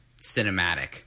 cinematic